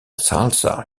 salsa